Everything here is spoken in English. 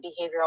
behavioral